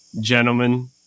Gentlemen